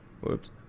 Whoops